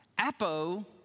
Apo